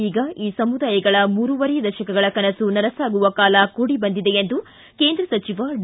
ಈಗ ಈ ಸಮುದಾಯಗಳ ಮೂರುವರೆ ದಶಕಗಳ ಕನಸು ನನಸಾಗುವ ಕಾಲ ಕೂಡಿ ಬಂದಿದೆ ಎಂದು ಕೇಂದ್ರ ಸಚಿವ ಡಿ